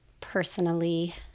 personally